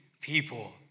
people